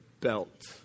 Belt